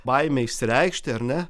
baimė išsireikšti ar ne